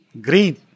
Green